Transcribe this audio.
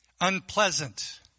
unpleasant